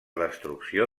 destrucció